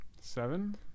seven